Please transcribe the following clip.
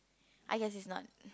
I guess it's not